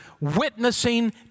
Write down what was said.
witnessing